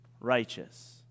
Righteous